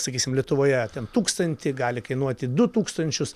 sakysim lietuvoje ten tūkstantį gali kainuoti du tūkstančius